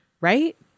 right